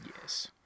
Yes